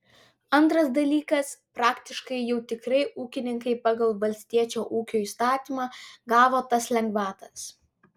antras dalykas praktiškai jau tikrai ūkininkai pagal valstiečio ūkio įstatymą gavo tas lengvatas